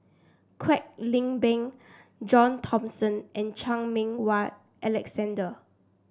Kwek Leng Beng John Thomson and Chan Meng Wah Alexander